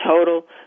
total